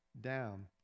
down